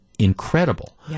incredible